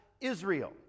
Israel